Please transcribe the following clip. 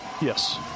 Yes